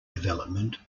development